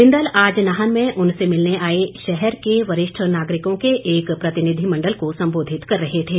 बिंदल आज नाहन में उनसे मिलने आए शहर के वरिष्ठ नागरिकों के एक प्रतिनिधिमंडल को संबोधित कर रहे थे